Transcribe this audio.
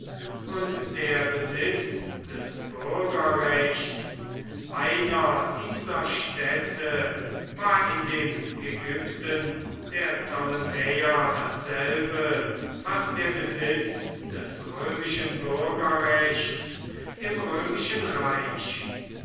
und der besitz des bürgerrechts einer dieser städte war in dem ägypten der ptolemäer dasselbe was der besitz des römischen bürgerrechts im römischen reich